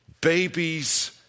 babies